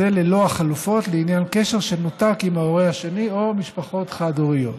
וזה ללא החלופות לעניין קשר שנותק עם ההורה השני או משפחות חד-הוריות.